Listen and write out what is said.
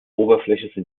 oberfläche